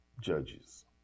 Judges